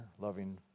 loving